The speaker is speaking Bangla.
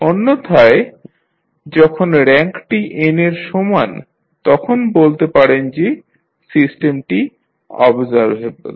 অন্যথায় যখন র্যাঙ্কটি n এর সমান তখন বলতে পারেন যে সিস্টেমটি অবজারভেবল